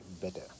better